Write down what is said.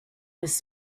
was